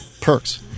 Perks